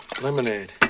Lemonade